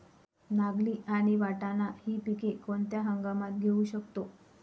नागली आणि वाटाणा हि पिके कोणत्या हंगामात घेऊ शकतो?